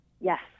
Yes